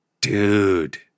Dude